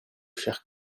chers